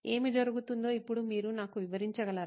ఏమి జరుగుతుందో ఇప్పుడు మీరు నాకు వివరించగలరా